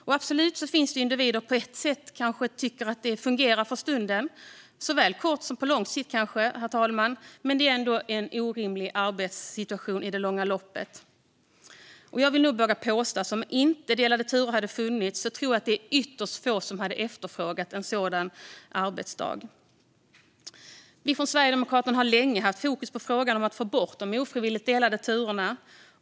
Det finns absolut individer som tycker att detta fungerar för stunden, kanske också på längre sikt, herr talman, men det är ändå en orimlig arbetssituation i det långa loppet. Om inte delade turer hade funnits är det ytterst få som hade efterfrågat en sådan arbetsdag, vågar jag nog påstå. Vi från Sverigedemokraterna har länge haft fokus på frågan om att få bort de ofrivilligt delade turerna.